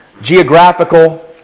Geographical